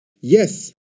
Yes